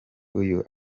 uyu